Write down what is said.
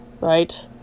Right